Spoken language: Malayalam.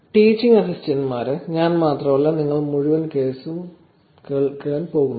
ടീച്ചിംഗ് അസിസ്റ്റന്റുമാരെ ഞാൻ മാത്രമല്ല നിങ്ങൾ മുഴുവൻ കോഴ്സും കേൾക്കാൻ പോകുന്നത്